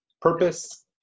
purpose